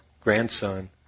grandson